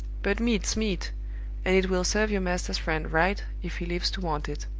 but meat's meat and it will serve your master's friend right if he lives to want it.